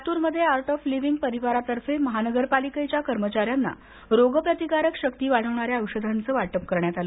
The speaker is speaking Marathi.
लातूरमध्ये आर्ट ऑफ लिविंग परिवारातर्फे महानगरपालिका कर्मचाऱ्यांना रोगप्रतिकारक शक्ती वाढवणाऱ्या औषधांच वाटप करण्यात आलं